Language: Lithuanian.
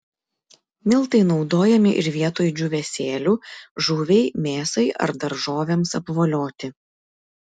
miltai naudojami ir vietoj džiūvėsėlių žuviai mėsai ar daržovėms apvolioti